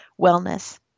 wellness